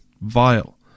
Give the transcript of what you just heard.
Vile